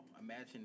imagine